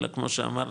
אלא כמו שאמרתי,